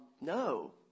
no